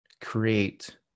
create